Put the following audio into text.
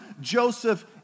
Joseph